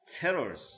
terrors